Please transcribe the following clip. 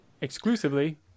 exclusively